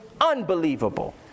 unbelievable